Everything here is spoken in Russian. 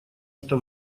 что